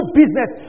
business